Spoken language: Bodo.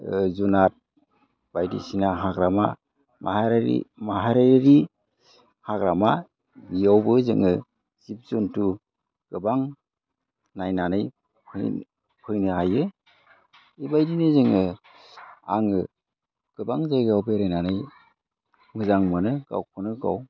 जुनार बायदिसिना हाग्रामा माहारियारि हाग्रामा बेयावबो जोङो जिब जन्थु गोबां नायनानै फैनो हायो बेबायदिनो आङो गोबां जायगायाव बेरायनानै मोजां मोनो गावखौनो गाव